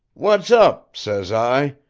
what's up says i,